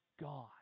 God